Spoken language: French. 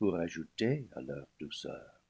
pour ajouter à leur douceur